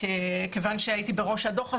כיוון שהייתי בראש הדוח הזה,